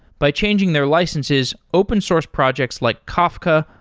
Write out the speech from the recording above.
by changing their licenses, open source projects, like kafka,